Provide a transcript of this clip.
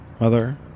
mother